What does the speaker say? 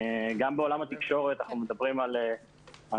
גם בעולם התקשורת אנחנו מדברים על סדרות